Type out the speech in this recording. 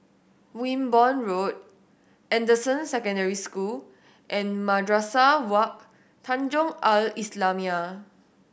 Wimborne Road Anderson Secondary School and Madrasah Wak Tanjong Al Islamiah